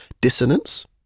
Dissonance